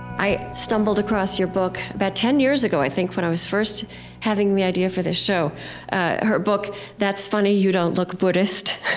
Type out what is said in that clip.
i stumbled across your book about ten years ago, i think, when i was first having the idea for this show her book that's funny, you don't look buddhist.